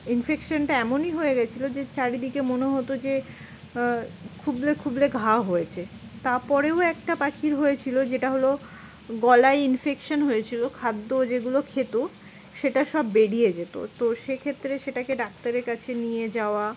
ইনফেকশানটা এমনই হয়ে গেছিলো যে চারিদিকে মনে হতো যে খুবলে খুবলে ঘা হয়েছে তারপরেও একটা পাখির হয়েছিলো যেটা হলো গলায় ইনফেকশান হয়েছিলো খাদ্য যেগুলো খেত সেটা সব বেরিয়ে যেত তো সেক্ষেত্রে সেটাকে ডাক্তারের কাছে নিয়ে যাওয়া